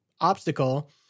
obstacle